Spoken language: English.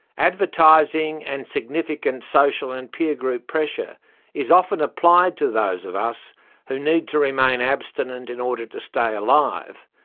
advertising and significant social and peer group pressure is often applied to those of us who need to remain abstinent in order to stay alive,